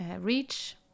reach